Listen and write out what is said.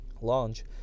launch